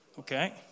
Okay